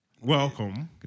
Welcome